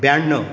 ब्याण्णव